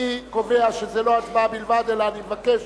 אני קובע שזה לא הצבעה בלבד, אלא אני מבקש